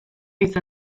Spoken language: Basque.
izan